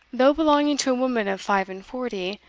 though belonging to a woman of five-and-forty,